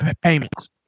payments